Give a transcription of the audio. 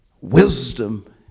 wisdom